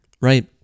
right